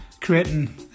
creating